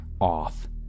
off